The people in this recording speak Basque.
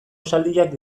esaldiak